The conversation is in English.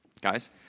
guys